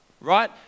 Right